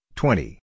twenty